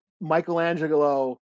Michelangelo